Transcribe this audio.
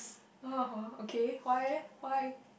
haha okay why leh why